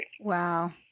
Wow